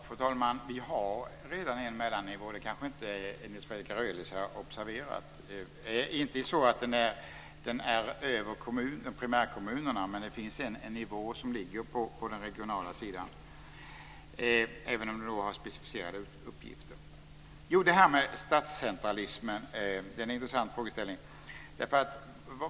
Fru talman! Vi har redan en mellannivå - Nils Fredrik Aurelius kanske inte har observerat det. Den nivån ligger inte över primärkommunerna, men den ligger på den regionala sidan, även om den har specificerade uppgifter. Frågeställningen om statscentralismen är intressant.